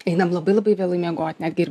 einam labai labai vėlai miegot netgi ir